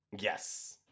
Yes